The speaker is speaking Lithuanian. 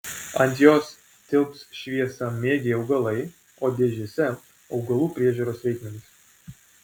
ant jos tilps šviesamėgiai augalai o dėžėse augalų priežiūros reikmenys